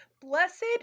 blessed